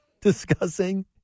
discussing